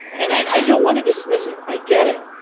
and i don't want to dismiss it. i get it.